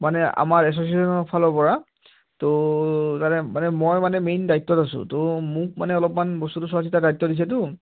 মানে আমাৰ এছ'চিয়্যনৰ ফালৰপৰা তো তাতে মানে মই মানে মেইন দায়িত্বত আছোঁ তো মোক মানে অলপমান বস্তুটো চোৱা চিতাৰ দায়িত্ব দিছেতো